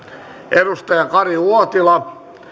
kari uotila